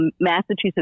Massachusetts